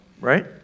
right